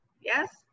yes